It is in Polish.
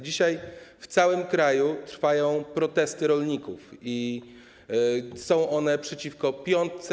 Dzisiaj w całym kraju trwają protesty rolników i są one przeciwko piątce.